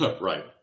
Right